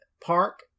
park